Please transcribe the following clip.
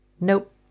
nope